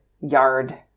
yard